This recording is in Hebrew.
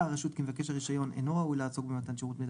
4/ב'.מצאה הרשות כי מבקש הרישיון אינו ראוי לעסוק במתן שירות מידע